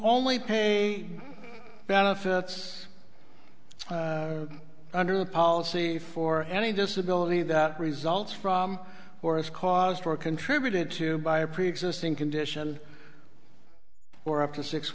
only pay benefits under the policy for any disability that results from or is caused or contributed to by a preexisting condition or up to six